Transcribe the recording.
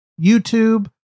YouTube